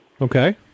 Okay